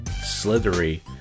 slithery